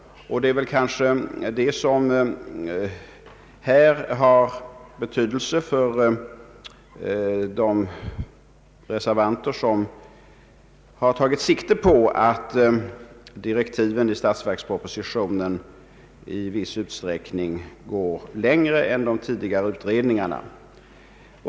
Detta kanske har betydelse för de reservanter som tagit sikte på att direktiven i statsverkspropositionen i viss utsträckning går längre än de tidigare utredningarna.